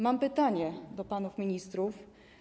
Mam pytanie do panów ministrów.